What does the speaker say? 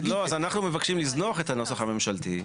לא, אז אנחנו מבקשים לזנוח את הנוסח הממשלתי,